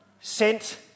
sent